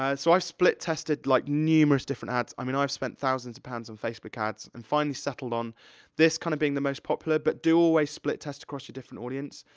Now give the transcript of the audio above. so i've split tested, like, numerous different ads. i mean, i've spent thousands of pounds on facebook ads, and finally settled on this kind of being the most popular, but, do always split test across your different audience.